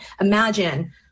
Imagine